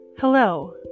Hello